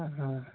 ᱦᱩᱸ